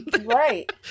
Right